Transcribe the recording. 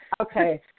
okay